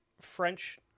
french